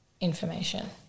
information